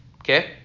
Okay